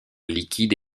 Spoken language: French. liquide